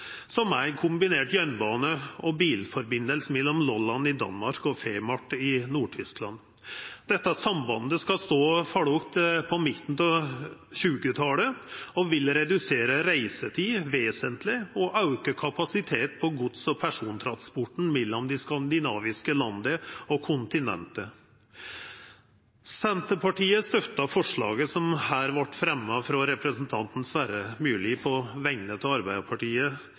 slik vekst. Ei viktig utbygging som no er i gang, og som vil gjera dette endå meir aktuelt, er bygginga av Femern Bælt, som er eit kombinert jernbane- og bilsamband mellom Lolland i Danmark og Fehmarn i Nord-Tyskland. Dette sambandet skal stå ferdig på midten av 2020-talet og vil redusera reisetida vesentleg og auka kapasiteten på gods- og persontransporten mellom dei skandinaviske landa og